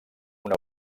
una